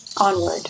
onward